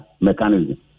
mechanism